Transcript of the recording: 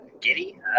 giddy